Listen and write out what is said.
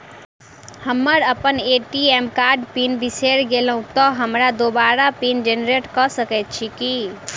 हम अप्पन ए.टी.एम कार्डक पिन बिसैर गेलियै तऽ हमरा दोबारा पिन जेनरेट कऽ सकैत छी की?